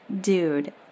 Dude